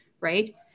right